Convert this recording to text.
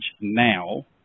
now